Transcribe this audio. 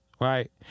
right